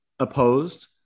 Opposed